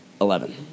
Eleven